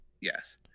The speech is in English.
Yes